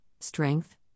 strength